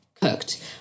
cooked